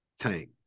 Tank